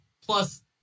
plus